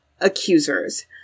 accusers